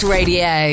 Radio